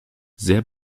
sehr